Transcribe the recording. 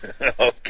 Okay